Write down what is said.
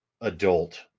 adult